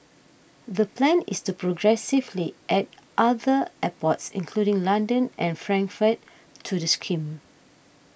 the plan is to progressively add other airports including London and Frankfurt to the scheme